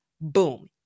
Boom